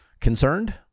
concerned